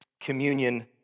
communion